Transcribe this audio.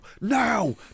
now